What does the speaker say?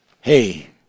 Hey